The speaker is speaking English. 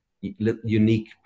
unique